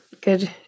good